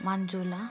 మంజుల